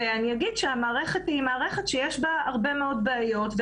אני אגיד שהמערכת היא מערכת שיש בה הרבה מאוד בעיות.